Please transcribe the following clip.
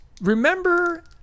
Remember